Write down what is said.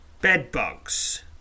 bedbugs